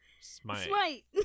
Smite